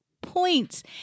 points